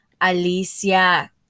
Alicia